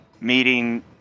meeting